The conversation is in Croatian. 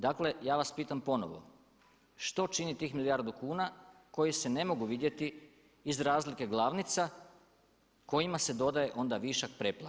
Dakle, ja vas pitam ponovo što čini tih milijardu kuna koje se ne mogu vidjeti iz razlike glavnica kojima se dodaje onda višak preplate.